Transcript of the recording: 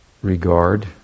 regard